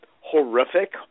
horrific